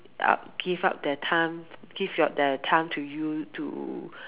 up give up their time give your their time to you to